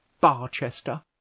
barchester